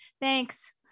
Thanks